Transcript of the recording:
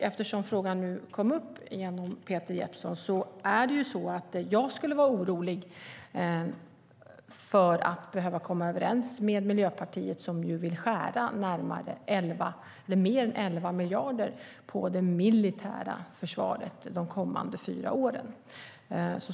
Eftersom frågan kom upp genom Peter Jeppsson kan jag säga att jag skulle vara orolig för att behöva komma överens med Miljöpartiet, som ju vill skära ned mer än 11 miljarder på det militära försvaret de kommande fyra åren.